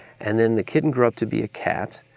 and then the kitten grew up to be a cat,